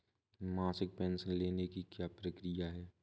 मासिक पेंशन लेने की क्या प्रक्रिया है?